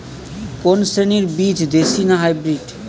কোন শ্রেণীর বীজ দেশী না হাইব্রিড?